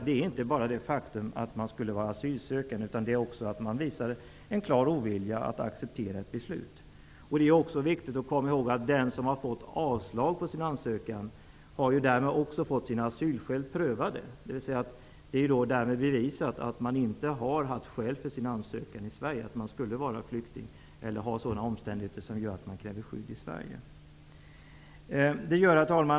Det är inte bara fråga om att de är asylsökande, utan också att de har visat en klar ovilja att acceptera ett beslut. Det är också viktigt att komma ihåg att den som har fått avslag på sin ansökan har ju därmed fått sina asylskäl prövade. Det är därmed bevisat att man inte har haft skäl för sin ansökan, dvs. att man är flykting eller att det finns andra omständigheter som gör att man kräver skydd i Sverige. Herr talman!